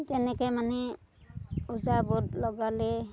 তেনেকে মানে ওজা বৈদ লগালে